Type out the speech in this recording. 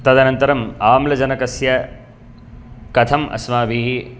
तदनन्तरं आम्लजनकस्य कथम् अस्माभिः